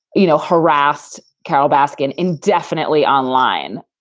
you know, harassed kow baskin indefinitely online.